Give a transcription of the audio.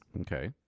Okay